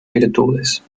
virtudes